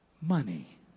Money